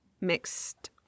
mixed